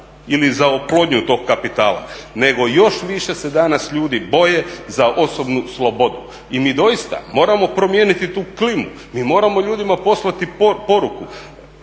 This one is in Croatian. ili za oplodnju tog kapitala, nego još više se danas ljudi boje za osobnu slobodu i mi doista moramo promijeniti tu klimu, mi moramo ljudima poslati poruku,